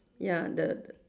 ya the the